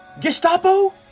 Gestapo